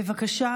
בבקשה,